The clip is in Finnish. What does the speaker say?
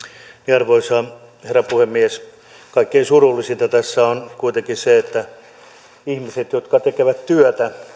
arvoisa herra puhemies kaikkein surullisinta tässä on kuitenkin se että ihmiset jotka tekevät työtä